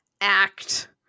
act